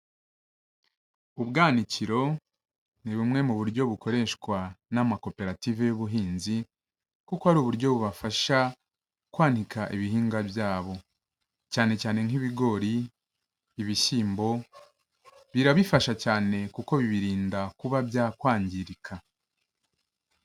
Ubwanwanakiro ni bumwe mu buryo bukoreshwa n'amakoperative y'ubuhinzi kuko ari uburyo bubafasha kwanika ibihingwa byabo, cyane cyane nk'ibigori ibishyimbo, birabifasha cyane kuko bibirinda kuba byakwangirika.